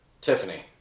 Tiffany